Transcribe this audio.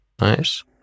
Nice